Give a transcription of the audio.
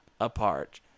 apart